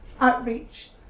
outreach